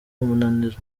umunaniro